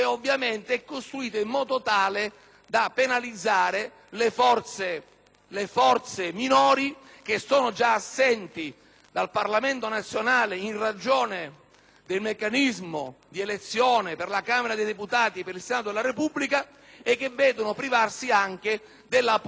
le forze minori già assenti dal Parlamento nazionale in ragione del meccanismo di elezione per la Camera dei deputati e per il Senato della Repubblica e che vedono privarsi anche della possibilità di accedere ad una sorta di diritto di tribuna - perché di questo si tratta